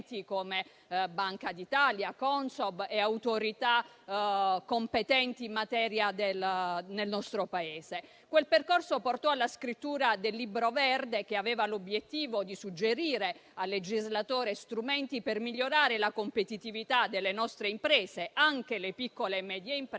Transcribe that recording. come Banca d'Italia, Consob e autorità competenti in materia nel nostro Paese. Quel percorso portò alla scrittura del Libro verde che aveva l'obiettivo di suggerire al legislatore strumenti per migliorare la competitività delle nostre imprese, anche delle piccole e medie imprese,